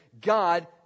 God